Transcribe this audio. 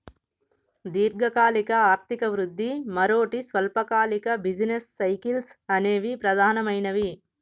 దీర్ఘకాలిక ఆర్థిక వృద్ధి, మరోటి స్వల్పకాలిక బిజినెస్ సైకిల్స్ అనేవి ప్రధానమైనవి